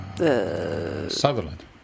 Sutherland